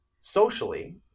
socially